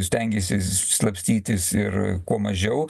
stengėsi slapstytis ir kuo mažiau